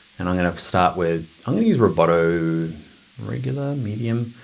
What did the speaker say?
and i'm gonna start with, i'm gonna use rebotto regular, medium.